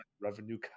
revenue